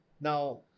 Now